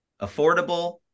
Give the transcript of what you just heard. affordable